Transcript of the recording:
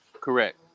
Correct